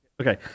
Okay